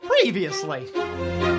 Previously